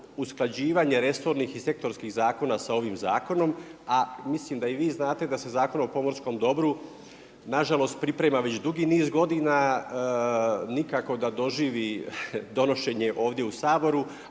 usklađivanje resornih i sektorskih zakona sa ovim, zakonom a mislim da i vi znate da se Zakon o pomorskom dobru nažalost priprema već dugi niz godina, nikako da doživi donošenje ovdje u Saboru,